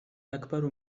أكبر